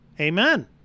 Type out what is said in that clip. Amen